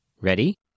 Ready